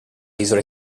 isole